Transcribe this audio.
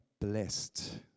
blessed